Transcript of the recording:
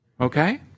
Okay